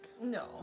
No